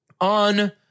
on